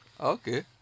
Okay